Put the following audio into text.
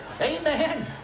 Amen